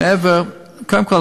קודם כול,